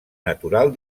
natural